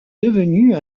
devenue